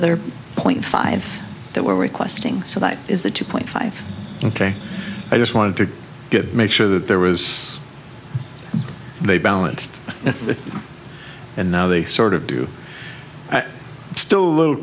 other point five that we're requesting so that is the two point five ok i just wanted to get make sure that there was they balanced and now they sort of do still little